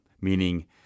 meaning